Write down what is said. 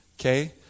Okay